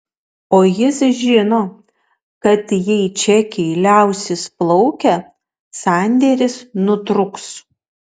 o jis žino kad jei čekiai liausis plaukę sandėris nutrūks